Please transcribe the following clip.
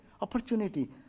opportunity